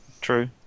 True